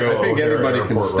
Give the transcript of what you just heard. think everybody can